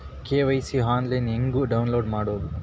KYC online ಹೆಂಗ್ download ಮಾಡೋದು?